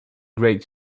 great